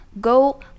go